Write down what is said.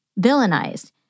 villainized